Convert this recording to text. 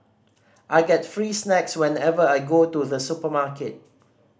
I get free snacks whenever I go to the supermarket